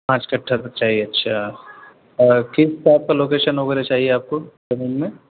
پانچ کٹھا تک چاہیے اچھا اور ٹھیک ٹھاک تو لوکیشن وغیرہ چاہیے آپ کو زمین میں